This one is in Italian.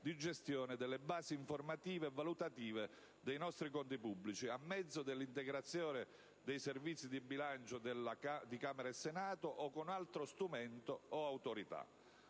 di gestione delle basi informative e valutative dei nostri conti pubblici a mezzo dell'integrazione dei Servizi del bilancio di Camera e Senato o con altro strumento o autorità.